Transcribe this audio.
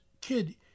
kid